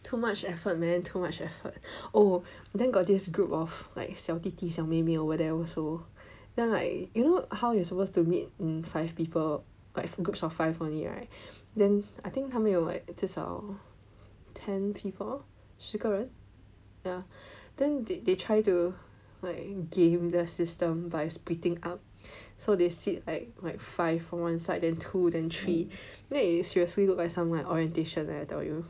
too much effort man too much effort oh then got this group of like 小弟弟小妹妹 over there also then like you know how you're supposed to meet in five people like from groups of five only right then I think 他们有 like 至少 ten people 十个人 ya then they they try to like game the system by splitting up so they sit at like five from one side then two then three then it seriously look like some like orientation like that I tell you